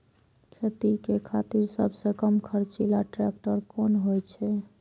खेती के खातिर सबसे कम खर्चीला ट्रेक्टर कोन होई छै?